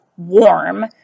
warm